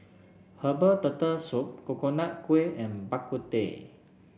Herbal Turtle Soup Coconut Kuih and Bak Kut Teh